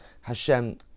Hashem